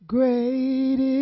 Great